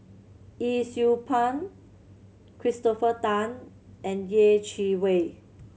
Yee Siew Pun Christopher Tan and Yeh Chi Wei